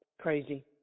crazy